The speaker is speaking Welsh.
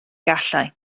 gallai